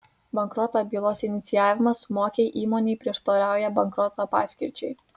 bankroto bylos inicijavimas mokiai įmonei prieštarauja bankroto paskirčiai